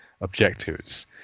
objectives